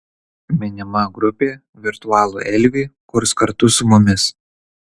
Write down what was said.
minima grupė virtualų elvį kurs kartu su mumis